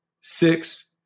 six